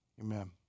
Amen